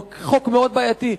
או חוק מאוד בעייתי,